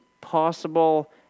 possible